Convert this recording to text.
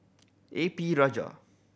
A P Rajah